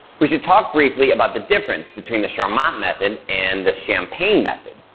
we should talk briefly about the difference between the charmat method and the champagne method.